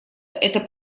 эта